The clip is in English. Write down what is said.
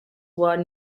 were